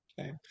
Okay